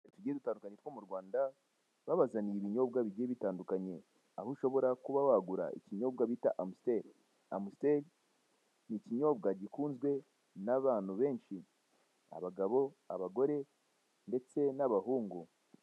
Utubari tugiye dutandukanye two mu rwanda, babazaniye ibinyobwa bigiye bitandukanye aho ushobora kuba wagura ikinyobwa bita amusiteri , amusiteri n'ikinyobwa gikunzwe n'abantu benshi abagabo, abagore, ndetse n'abahungu.